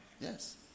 Yes